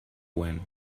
when